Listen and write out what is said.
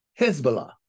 Hezbollah